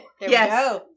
Yes